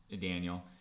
Daniel